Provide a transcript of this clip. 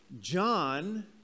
John